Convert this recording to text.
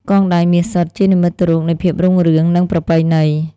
កងដៃមាសសុទ្ធ ជានិមិត្តរូបនៃភាពរុងរឿង និងប្រពៃណី។